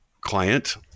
client